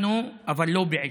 לנו, אבל לו בעיקר,